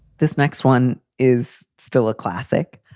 this next one is still a classic.